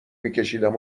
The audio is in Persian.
میکشیدم